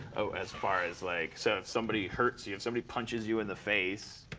as far as, like so if somebody hurts you, if somebody punches you in the face,